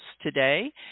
today